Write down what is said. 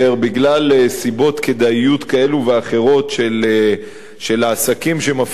סיבות כדאיות כאלו ואחרות של העסקים שמפעילים אותם,